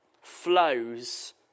flows